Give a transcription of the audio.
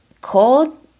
Cold